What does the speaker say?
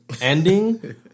ending